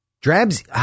Drabs